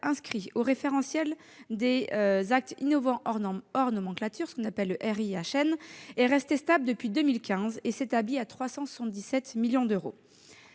inscrits au référentiel des actes innovants hors nomenclature, le RIHN, est restée stable depuis 2015 et s'établit à 377 millions d'euros.